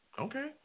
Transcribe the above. Okay